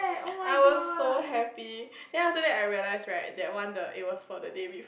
I was so happy ya then after that I realize right that one the it was for the day before